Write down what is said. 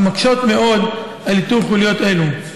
המקשות מאוד על איתור חוליות אלה.